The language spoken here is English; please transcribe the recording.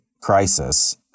crisis